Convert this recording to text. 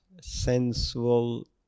sensual